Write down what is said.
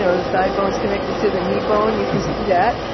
so the thigh bones connected to the knee bone, you can do that.